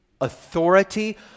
authority